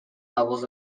levels